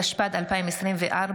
התשפ"ד 2024,